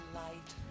light